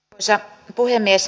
arvoisa puhemies